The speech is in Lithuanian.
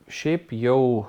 šiaip jau